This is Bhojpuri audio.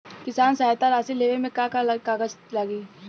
किसान सहायता राशि लेवे में का का कागजात लागी?